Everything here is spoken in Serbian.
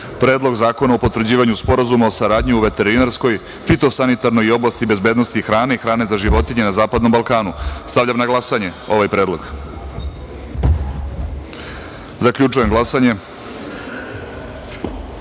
Predlog zakona o potvrđivanju Sporazuma o saradnji u veterinarskoj, fitosanitarnoj i oblasti bezbednosti hrane i hrane za životinje na Zapadnom Balkanu. Stavljam na glasanje ovaj predlog. Zaključujem glasanje: